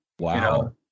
Wow